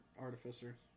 Artificer